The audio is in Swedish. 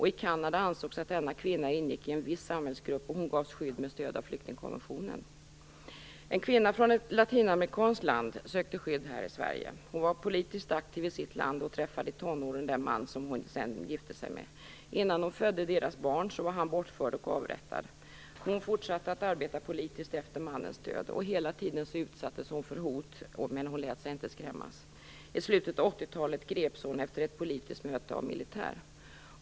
I Kanada ansågs att denna kvinna ingick i en viss samhällsgrupp, och hon gavs skydd med stöd av flyktingkonventionen. En kvinna från ett latinamerikanskt land sökte skydd här i Sverige. Hon var politiskt aktiv i sitt land och träffade i tonåren den man som hon sedan gifte sig med. Innan hon födde deras barn hade han förts bort och avrättats. Hon fortsatte att arbeta politiskt efter mannen död, och hela tiden utsattes hon för hot men lät sig inte skrämmas. I slutet av 1980-talet greps hon av militär efter ett politiskt möte.